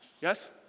Yes